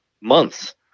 months